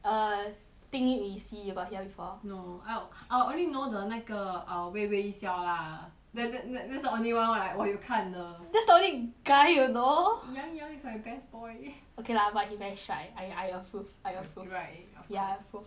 err ding yu xi you got hear before no I'll I'll only know the 那个 uh 微微一笑 lah that that that's the only one like 我有看的 that's the only guy you know yang yang is my best boy okay lah but he very 帅 I I approve I approve you approve right ya I approve